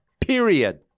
period